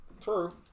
True